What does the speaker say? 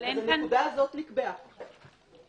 הנקודה הזאת נקבעה.